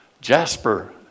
Jasper